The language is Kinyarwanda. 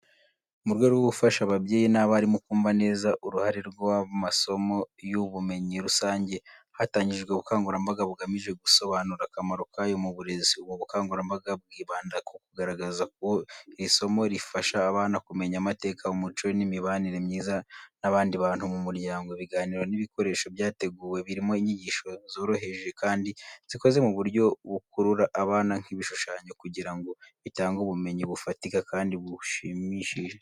Mu rwego rwo gufasha ababyeyi n’abarimu kumva neza uruhare rw’amasomo y’ubumenyi rusange, hatangijwe ubukangurambaga bugamije gusobanura akamaro kayo mu burezi. Ubu bukangurambaga bwibanda ku kugaragaza uko iri somo rifasha abana kumenya amateka, umuco, n’imibanire myiza n’abandi bantu mu muryango. Ibiganiro n’ibikoresho byateguwe birimo inyigisho zoroheje kandi zikoze mu buryo bukurura abana, nk’ibishushanyo, kugira ngo bitange ubumenyi bufatika kandi bushimishije.